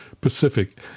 Pacific